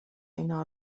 اینها